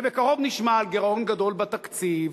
ובקרוב נשמע על גירעון גדול בתקציב,